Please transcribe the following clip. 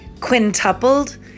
quintupled